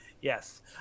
yes